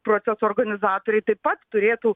proceso organizatoriai taip pat turėtų